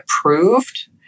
approved